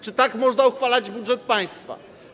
Czy tak można uchwalać budżet państwa?